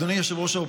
אדוני ראש האופוזיציה,